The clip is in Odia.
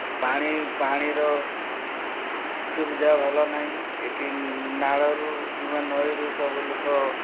ପାଣି ପାଣିର ସୁବିଧା ଭଲ ନାହିଁ ଏଠି ନାଳରୁ କିମ୍ବା ନଈରୁ ସବୁ ଲୋକ